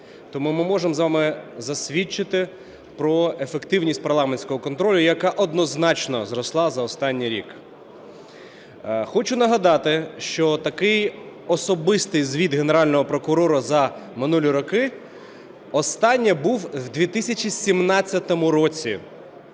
Тому ми можемо з вами засвідчити про ефективність парламентського контролю, яка однозначно зросла за останній рік. Хочу нагадати, що такий особистий звіт Генерального прокурора за минулі роки востаннє був у 2017 році.